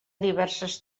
diverses